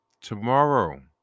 tomorrow